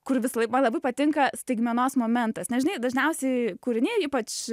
kur visąlaik man labai patinka staigmenos momentas nes žinai dažniausiai kūriniai ypač